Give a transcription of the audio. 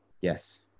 yes